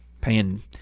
paying